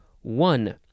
one